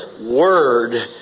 word